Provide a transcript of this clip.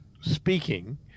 speaking